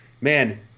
man